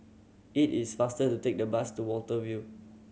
it is faster to take the bus to Watten View